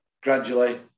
gradually